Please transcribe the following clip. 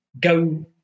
go